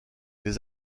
les